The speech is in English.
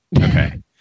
Okay